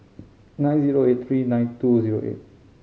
nine zero eight three nine two zero eight